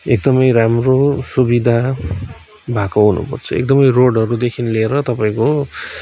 एकदमै राम्रो सुविधा भएको हुनुपर्छ एकदमै रोडहरूदेखि लिएर तपाईँको